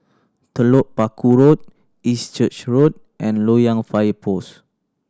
Telok Paku Road East Church Road and Loyang Fire Post